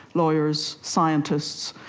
lawyers, scientists,